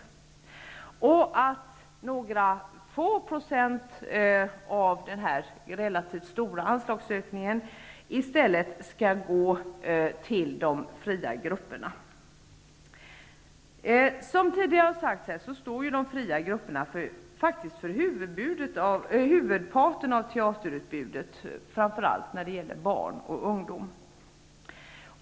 Vi föreslår att några få procent av denna relativt stora anslagsökning i stället skall gå till de fria grupperna. Som tidigare har sagts, står de fria grupperna för huvudparten av teaterutbudet, framför allt för barn och ungdom.